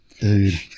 Dude